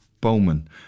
Bowman